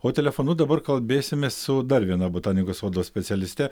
o telefonu dabar kalbėsime su dar viena botanikos sodo specialiste